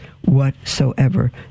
whatsoever